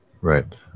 right